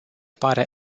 pare